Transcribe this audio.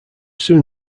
soon